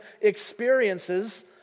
experiences